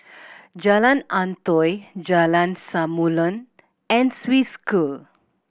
Jalan Antoi Jalan Samulun and Swiss School